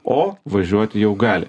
o važiuoti jau gali